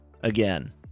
again